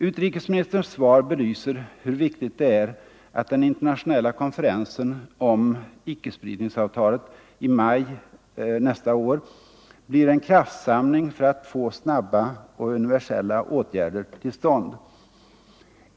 Utrikesministerns svar belyser hur viktigt det är att den internationella konferensen om icke-spridningsavtalet i maj 1975 blir en kraftsamling för att få snabba och universiella åtgärder till stånd.